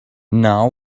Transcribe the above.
know